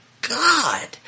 god